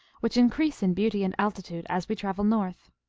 which increase in beauty and altitude as we travel north.